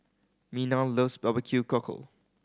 Mina loves barbecue cockle